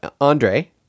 Andre